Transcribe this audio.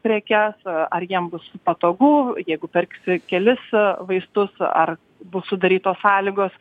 prekes ar jiem bus patogu jeigu pirksi kelis vaistus ar bus sudarytos sąlygos